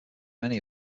many